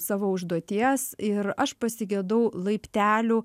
savo užduoties ir aš pasigedau laiptelių